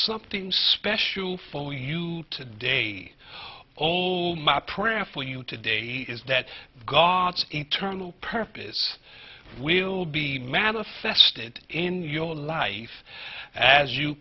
something special for you today old my prayer for you today is that god's eternal purpose will be manifested in your life as you